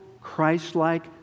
Christ-like